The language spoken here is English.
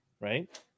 right